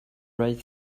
right